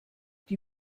die